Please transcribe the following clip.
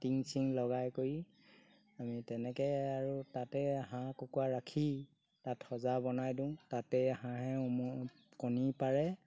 টিং চিং লগাই কৰি আমি তেনেকৈ আৰু তাতে হাঁহ কুকুৰা ৰাখি তাত সজা বনাই দিওঁ তাতে হাঁহে উম কণী পাৰে